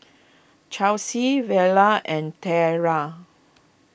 Chelsie Vella and Tayla